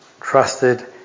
trusted